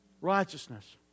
Righteousness